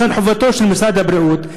חובתו של משרד הבריאות,